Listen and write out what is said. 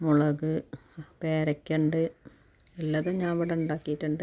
മുളക് പേരക്ക ഉണ്ട് ഉള്ളത് ഞാൻ ഇവിടെ ഉണ്ടാക്കിയിട്ടുണ്ട്